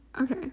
Okay